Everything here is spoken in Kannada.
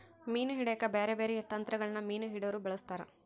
ಮೀನು ಹಿಡೆಕ ಬ್ಯಾರೆ ಬ್ಯಾರೆ ತಂತ್ರಗಳನ್ನ ಮೀನು ಹಿಡೊರು ಬಳಸ್ತಾರ